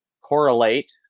correlate